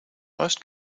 most